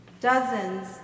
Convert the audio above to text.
dozens